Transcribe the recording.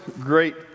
great